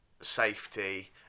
safety